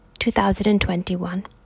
2021